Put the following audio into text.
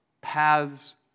paths